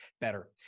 better